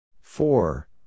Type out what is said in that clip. four